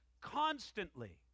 constantly